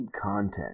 content